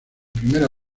primera